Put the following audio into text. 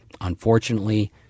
unfortunately